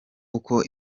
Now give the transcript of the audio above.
uko